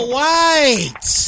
White